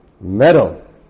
metal